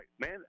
man